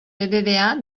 bbva